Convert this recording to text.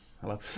hello